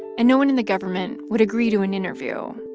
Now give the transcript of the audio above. and no one in the government would agree to an interview.